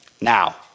Now